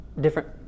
different